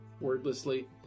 wordlessly